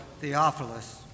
Theophilus